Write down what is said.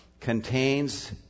contains